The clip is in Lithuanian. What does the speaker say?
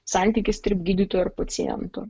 santykis tarp gydytojo ir paciento